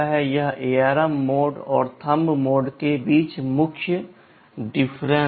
यह ARM mode और thumb mode के बीच मुख्य अंतर है